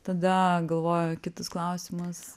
tada galvoju kitas klausimas